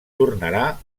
tornarà